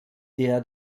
der